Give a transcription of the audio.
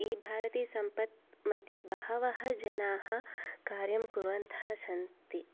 ईभारती सम्पत् मध्ये बहवः जनाः कार्यं कुर्वन्तः सन्ति